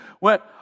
went